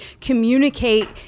communicate